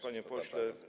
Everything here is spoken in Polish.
Panie Pośle!